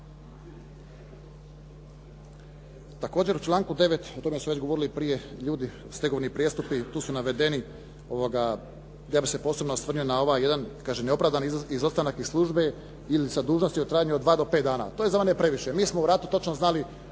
Također, u članku 9., o tome su već govorili prije ljudi, stegovni prijestupi. Tu su navedeni. Ja bih se posebno osvrnuo na ovaj jedan. Kaže, neopravdani izostanak iz službe ili sa dužnosti u trajanju od dva do pet dana. To je za mene previše. Mi smo u ratu točno znali